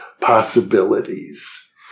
possibilities